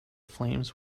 flames